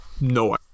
no